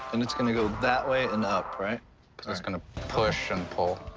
and it's gonna go that way and ah but and it's gonna push and pull.